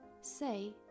say